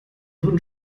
wurden